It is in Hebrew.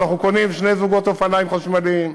אנחנו קונים שני זוגות אופניים חשמליים.